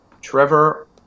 Trevor